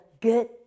good